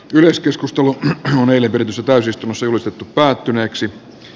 yleiskeskustelu nelinpeli täysistunnossa julistettu päättyneeksi